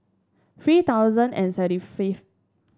three thousand and seventy fifth